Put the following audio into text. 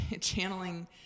channeling